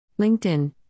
LinkedIn